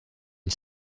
une